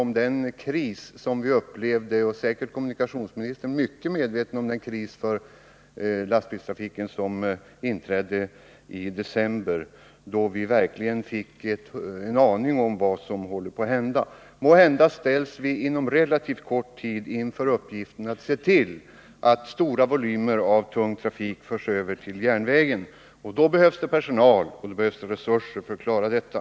Vi är liksom säkerligen också kommunikationsministern väl medvetna om den kris för lastbilstrafiken som uppstod i december, då vi verkligen fick besked om vad som håller på att inträffa. Måhända kommer vi inom relativt kort tid att ställas inför uppgiften att se till att stora volymer tung trafik förs över till järnväg, och det kommer då att behövas personal och resurser för att klara detta.